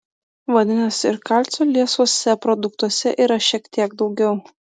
vadinasi ir kalcio liesuose produktuose yra šiek tiek daugiau